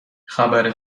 خبر